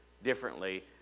differently